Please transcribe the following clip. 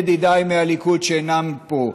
ידידיי מהליכוד שאינם פה,